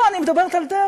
לא, אני מדברת על דרך,